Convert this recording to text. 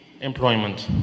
employment